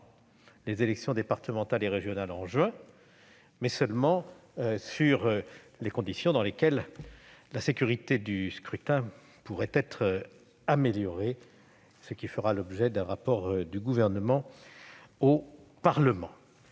les élections départementales et régionales en juin, mais seulement sur les conditions dans lesquelles la sécurité du scrutin pourrait être améliorée, ce qui fera l'objet d'un rapport du Gouvernement au Parlement.